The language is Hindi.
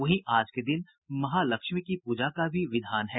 वहीं आज के दिन महालक्ष्मी की पूजा भी की जाती है